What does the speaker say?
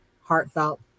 heartfelt